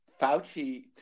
Fauci